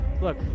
look